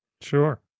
Sure